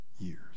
years